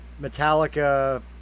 Metallica